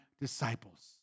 disciples